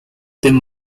them